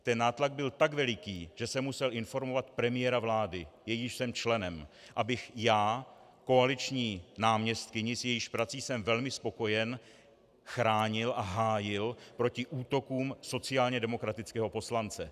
Ten nátlak byl tak veliký, že jsem musel informovat premiéra vlády, jejímž jsem členem, abych koaliční náměstkyni, s jejíž prací jsem velmi spokojen, chránil a hájil proti útokům sociálně demokratického poslance.